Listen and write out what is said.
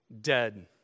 dead